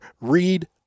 read